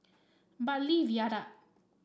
Bartley Viaduct